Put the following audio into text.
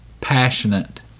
passionate